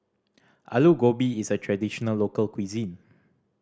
Aloo Gobi is a traditional local cuisine